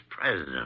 president